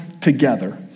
together